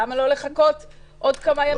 למה לא לחכות עוד כמה ימים?